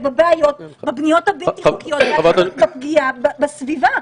בבעיות בבניות הבלתי חוקיות ובפגיעה בסביבה.